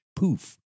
Poof